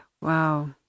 Wow